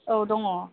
औ दङ